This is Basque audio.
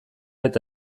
eta